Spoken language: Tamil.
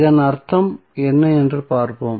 இதன் அர்த்தம் என்ன என்று பார்ப்போம்